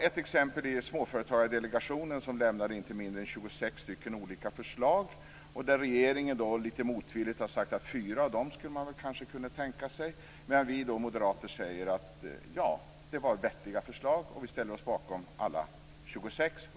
Ett exempel är Småföretagardelegationen som lämnade inte mindre än 26 olika förslag. Regeringen har då litet motvilligt sagt att man kan tänka sig att genomföra fyra av dessa förslag. Men vi moderater anser att det var vettiga förslag och att vi ställer oss bakom alla 26.